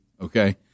Okay